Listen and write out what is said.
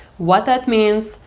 what that means,